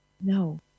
No